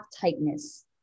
tightness